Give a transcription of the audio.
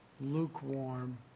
lukewarm